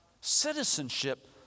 citizenship